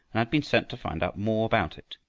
and had been sent to find out more about it.